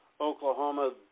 Oklahoma